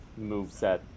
moveset